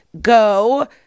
go